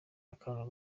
akantu